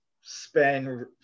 spend